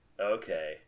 Okay